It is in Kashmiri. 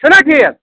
چھُ نا ٹھیٖک